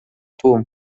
tłum